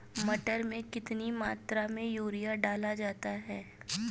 मटर में कितनी मात्रा में यूरिया डाला जाता है?